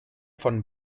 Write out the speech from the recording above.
von